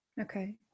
Okay